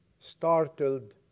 startled